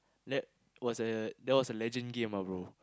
that was a that was a legend game ah brother